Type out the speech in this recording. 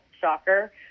shocker